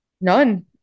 None